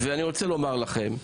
ואני רוצה לומר לכם: